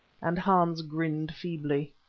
and hans grinned feebly.